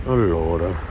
Allora